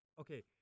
okay